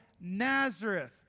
Nazareth